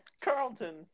Carlton